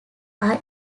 are